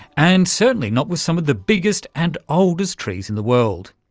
and certainly not with some of the biggest and oldest trees in the world.